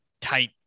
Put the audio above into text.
tight